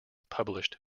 published